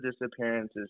disappearances